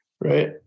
Right